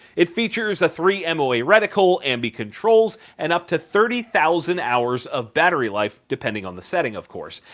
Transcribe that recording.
it features a three and moa reticle, ambi controls, and up to thirty thousand hours of battery life depending on the setting of course.